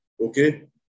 okay